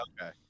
Okay